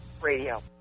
Radio